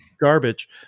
garbage